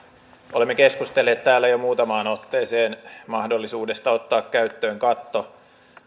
olemme keskustelleet täällä jo muutamaan otteeseen mahdollisuudesta ottaa käyttöön katto